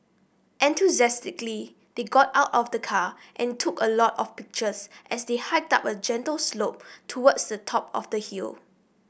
enthusiastically they got out of the car and took a lot of pictures as they hiked up a gentle slope towards the top of the hill